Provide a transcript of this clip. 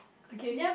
okay